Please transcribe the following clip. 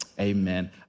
Amen